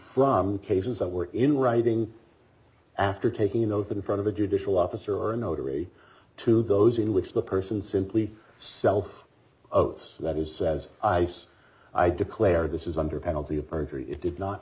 from cases that were in writing after taking an oath in front of a judicial officer or a notary to those in which the person simply self of that is says ice i declare this is under penalty of perjury it did not